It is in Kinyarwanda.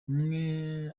amwe